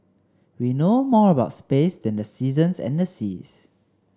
we know more about space than the seasons and the seas